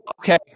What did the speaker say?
Okay